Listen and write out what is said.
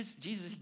Jesus